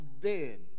dead